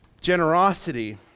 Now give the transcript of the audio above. generosity